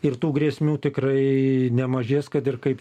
ir tų grėsmių tikrai nemažės kad ir kaip